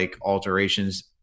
alterations